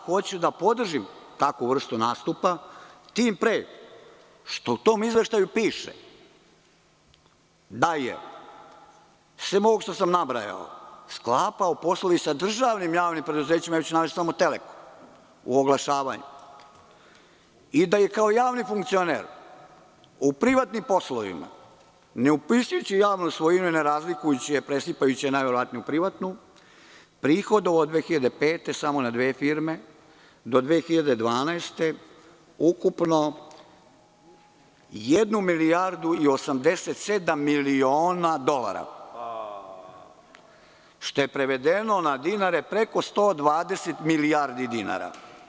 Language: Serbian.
Hoću da podržim takvu vrstu nastupa, tim pre što u tom izveštaju piše da je, sem ovog što sam nabrojao, sklapao poslove i sa državnim javnim preduzećima, navešću samo „Telekom“ i da je kao javni funkcioner u privatnim poslovima, ne upisujući javnu svojinu i ne razlikujući je, presipajući je najverovatnije u privatnu, prihodovao od 2005. godine samo na dve firme do 2012. godine ukupno jednu milijardu i 87 miliona dolara, što je prevedeno na dinare preko 120 milijardi dinara.